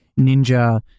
Ninja